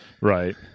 Right